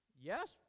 yes